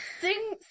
Sing